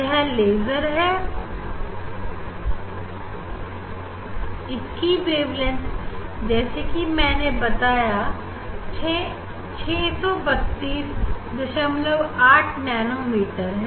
यह लेजर है इसकी वेवलेंथ जैसे कि मैंने बताया की 6328 nm है